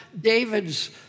David's